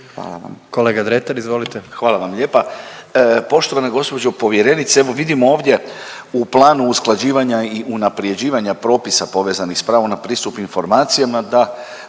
izvolite. **Dretar, Davor (DP)** Hvala vam lijepa. Poštovana gospođo povjerenice evo vidim ovdje u planu usklađivanja i unapređivanja propisa povezanih sa pravom na pristup informacijama